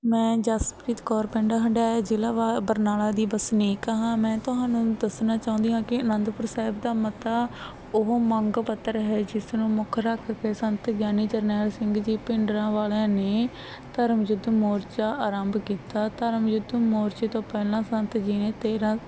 ਮੈਂ ਜਸਪ੍ਰੀਤ ਕੌਰ ਪਿੰਡ ਹੰਡਿਆਇਆ ਜ਼ਿਲ੍ਹਾ ਬ ਬਰਨਾਲਾ ਦੀ ਵਸਨੀਕ ਹਾਂ ਮੈਂ ਤੁਹਾਨੂੰ ਦੱਸਣਾ ਚਾਹੁੰਦੀ ਹਾਂ ਕਿ ਅਨੰਦਪੁਰ ਸਾਹਿਬ ਦਾ ਮਤਾ ਉਹ ਮੰਗ ਪੱਤਰ ਹੈ ਜਿਸ ਨੂੰ ਮੁੱਖ ਰੱਖ ਕੇ ਸੰਤ ਗਿਆਨੀ ਜਰਨੈਲ ਸਿੰਘ ਜੀ ਭਿੰਡਰਾਂ ਵਾਲਿਆਂ ਨੇ ਧਰਮ ਯੁੱਧ ਮੋਰਚਾ ਆਰੰਭ ਕੀਤਾ ਧਰਮ ਯੁੱਧ ਮੋਰਚੇ ਤੋਂ ਪਹਿਲਾਂ ਸੰਤ ਜੀ ਨੇ ਤੇਰ੍ਹਾਂ